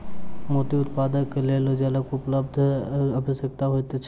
मोती उत्पादनक लेल जलक उपलब्धता आवश्यक होइत छै